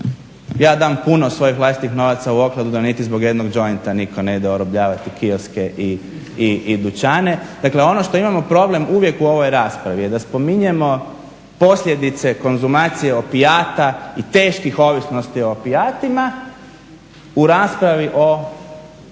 ja dam puno svojih vlastitih novaca u okladu, da niti zbog jednog jointa niko ne ide orobljavati kioske i dućane. Dakle, ono što imamo problem uvijek u ovoj raspravi je da spominjemo posljedice konzumacije opijate i teških ovisnosti o opijatima u raspravi o